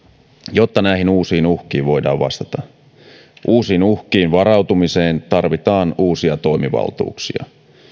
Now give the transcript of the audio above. jotta näihin uusiin uhkiin voidaan vastata uusiin uhkiin varautumiseen tarvitaan uusia toimivaltuuksia